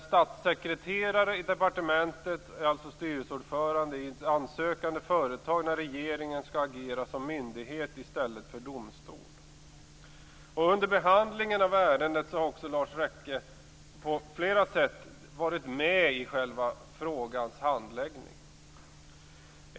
En statssekreterare i departementet är alltså styrelseordförande i ett ansökande företag när regeringen skall agera som myndighet i stället för domstol. Lars Rekke har också på flera sätt varit med i frågans handläggning under den tid som ärendet behandlats.